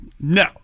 no